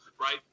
right